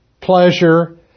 pleasure